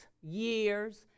years